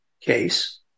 case